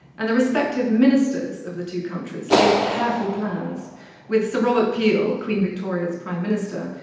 and the respective ministers of the two countries laid careful plans with sir robert peel, queen victoria's prime minister,